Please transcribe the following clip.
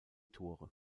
tore